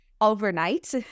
overnight